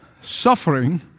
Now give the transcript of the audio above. suffering